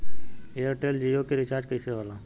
Airtel Jio के recharge कैसे होला?